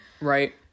Right